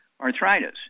arthritis